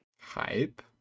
Hype